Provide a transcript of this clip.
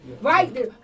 right